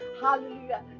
hallelujah